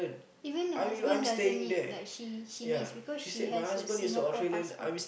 even her husband doesn't need but she he needs because she has a Singapore passport